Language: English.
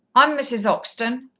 i'm mrs. oxton.